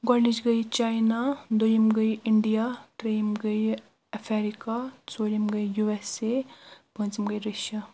گۄڈٕنِچ گٔے چاینا دۄیِم گٔے انڈیا ترٛیِم گٔے افریکا ژوٗرِم گٔے یوٗ اٮ۪س اے پوٗنٛژِم گٔے رشیا